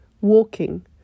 walking